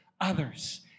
others